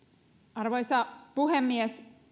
arvoisa puhemies